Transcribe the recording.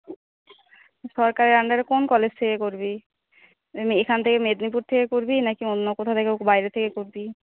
সরকারের আন্ডারে কোন কলেজ থেকে করবি এখান থেকে মেদিনীপুর থেকে করবি নাকি অন্য কোথা থেকেও বাইরে থেকে করবি